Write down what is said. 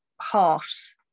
halves